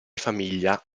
famiglia